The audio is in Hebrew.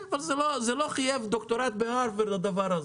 כן אבל זה לא חייב דוקטורט בהארווארד הדבר הזה,